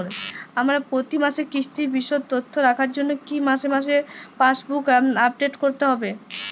আমার প্রতি মাসের কিস্তির বিশদ তথ্য রাখার জন্য কি মাসে মাসে পাসবুক আপডেট করতে হবে?